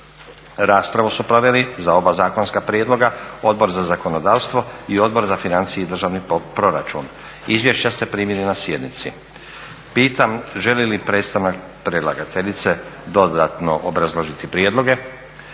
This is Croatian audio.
Raspravu su proveli za oba zakonska prijedloga Odbor za zakonodavstvo i Odbor za financije i državni proračun. Izvješća ste primili na sjednici. Pitam, želi li predstavnik predlagateljice dodatno obrazložiti prijedloge?